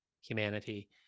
humanity